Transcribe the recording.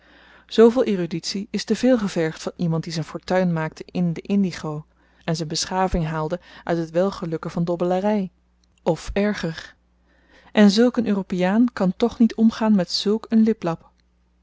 zooveel eruditie is te veel gevergd van iemand die zyn fortuin maakte in de indigo en z'n beschaving haalde uit het welgelukken van dobbelary of erger en zulk een europeaan kan toch niet omgaan met zulk een liplap